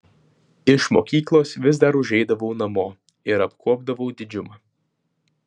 iš mokyklos vis dar užeidavau namo ir apkuopdavau didžiumą